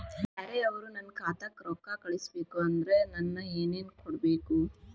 ಬ್ಯಾರೆ ಅವರು ನನ್ನ ಖಾತಾಕ್ಕ ರೊಕ್ಕಾ ಕಳಿಸಬೇಕು ಅಂದ್ರ ನನ್ನ ಏನೇನು ಕೊಡಬೇಕು?